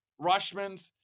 Rushmans